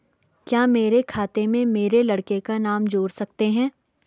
क्या मेरे खाते में मेरे लड़के का नाम जोड़ सकते हैं?